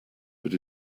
but